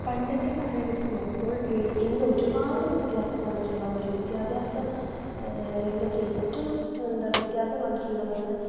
പണ്ടത്തെ കാലം വച്ച് നോക്കുമ്പോൾ ഇന്ന് ഒരുപാട് വ്യത്യാസം വന്നിട്ടുള്ള ഒരു വിദ്യാഭ്യാസ രംഗത്തിൽ ഏറ്റവും എന്താണ് വ്യത്യാസം വന്നിട്ടുള്ള ഒന്ന്